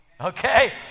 okay